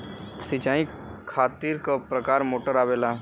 सिचाई खातीर क प्रकार मोटर आवेला?